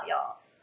your